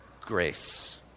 grace